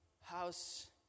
house